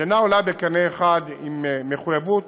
שאינה עולה בקנה אחד עם מחויבות